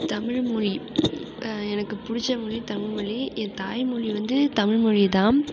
தமிழ்மொழி எனக்கு பிடிச்ச மொழி தமிழ்மொழி என் தாய்மொழி வந்து தமிழ்மொழிதான்